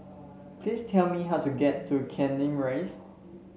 please tell me how to get to Canning Rise